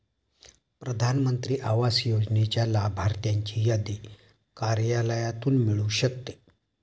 प्रधान मंत्री आवास योजनेच्या लाभार्थ्यांची यादी कार्यालयातून मिळू शकते